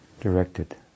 directed